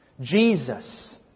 Jesus